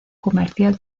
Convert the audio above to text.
comercial